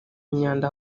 imyanda